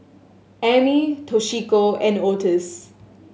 Ammie Toshiko and Otis